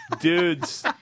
Dudes